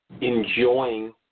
enjoying